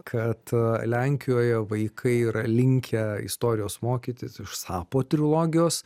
kad lenkijoje vaikai yra linkę istorijos mokytis iš sapo trilogijos